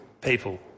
people